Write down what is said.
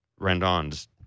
Rendon's